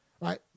right